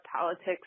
politics